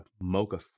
mocha